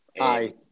Aye